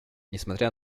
несмотря